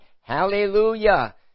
Hallelujah